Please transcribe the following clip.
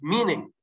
Meaning